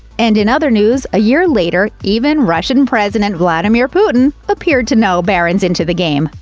and in other news, a year later, even russian president vladamir putin appeared to know barron's into the game.